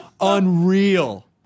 unreal